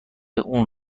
اون